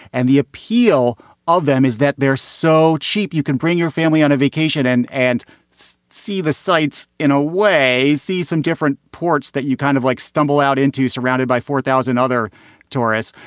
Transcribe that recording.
and the appeal of them is that they're so cheap you can bring your family on a vacation and and see the sights, in a way, see some different ports that you kind of like stumble out into, surrounded by four thousand other tourists.